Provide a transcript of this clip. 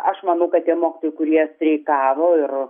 aš manau kad tie mokytojai kurie streikavo ir